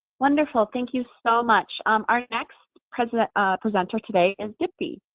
wonderful. thank you so much. um our next presenter ah presenter today is dipti.